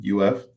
UF